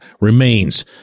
remains